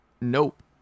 Nope